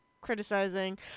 criticizing